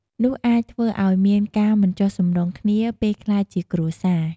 នោះអាចធ្វើឲ្យមានការមិនចុះសម្រុងគ្នា ពេលក្លាយជាគ្រួសារ។